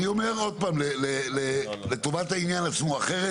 אני רק מציין שבחוק הקיים יש, החוק נדרש,